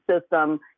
system